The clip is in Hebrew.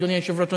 אדוני היושב-ראש,